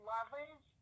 Lovers